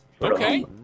Okay